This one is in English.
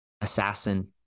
assassin